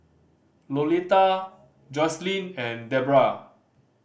Lolita Joselyn and Debra